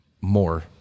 more